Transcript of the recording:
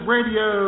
Radio